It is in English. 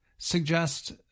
suggest